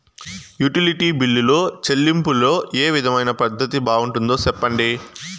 Utility బిల్లులో చెల్లింపులో ఏ విధమైన పద్దతి బాగుంటుందో సెప్పండి?